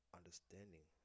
understanding